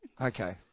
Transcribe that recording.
Okay